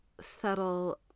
subtle